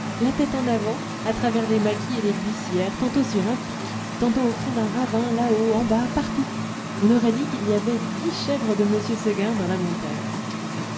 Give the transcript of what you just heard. la tête en avant à travers les maquis et les buissières tantôt sur un pic tantôt au fond d'un ravin là-haut en bas partout on aurait dit qu'il y avait dix chèvres de m seguin dans la montagne